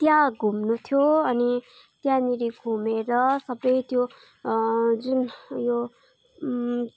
त्याँ घुम्न थियो अनि त्यहाँनेर घुमेर सबै त्यो जुन यो